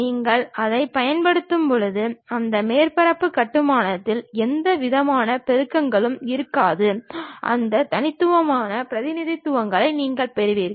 நீங்கள் அதைப் பயன்படுத்தும்போது அந்த மேற்பரப்பு கட்டுமானத்தில் எந்தவிதமான பெருக்கங்களும் இருக்காது அந்த தனித்துவமான பிரதிநிதித்துவத்தை நீங்கள் பெறுவீர்கள்